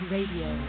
Radio